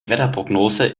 wetterprognose